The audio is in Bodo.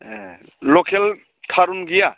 ए लकेल थारुन गैया